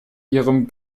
ihrem